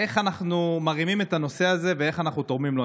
איך אנחנו מרימים את הנושא הזה ואיך אנחנו תורמים לו.